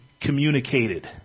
communicated